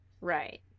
Right